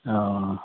ओ